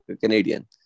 Canadian